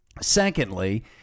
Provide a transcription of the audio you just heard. Secondly